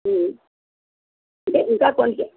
అంటే ఇంకా కొంచెం